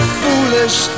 foolish